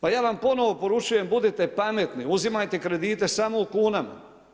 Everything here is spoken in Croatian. Pa ja vam ponovno poručujem budite pametni, uzimajte kredite samo u kunama.